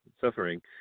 suffering